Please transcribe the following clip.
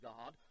God